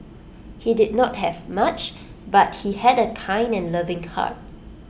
he did not have much but he had A kind and loving heart